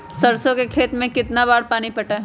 सरसों के खेत मे कितना बार पानी पटाये?